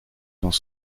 dans